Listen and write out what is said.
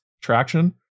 traction